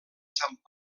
sant